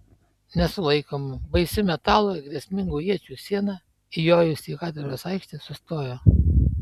nesulaikoma baisi metalo ir grėsmingų iečių siena įjojusi į katedros aikštę sustojo